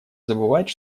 забывать